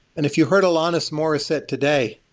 and if you heard alanis morissette today,